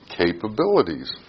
capabilities